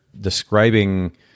describing